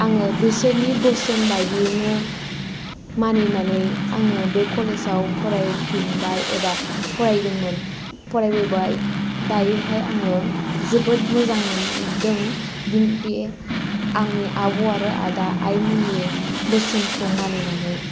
आङो बिसोरनि बोसोन बायदियैनो मानिनानै आङो बै कलेजाव फरायफिनबाय एबा फरायदोंमोन फरायबोबाय दायोहाय आङो जोबोद मोजां मोनदों बे आंनि आब' आरो आदा आइमोननि बोसोनखौ मानिनानै